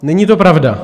Není to pravda.